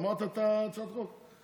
גמרת את הצעת החוק?